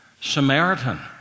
Samaritan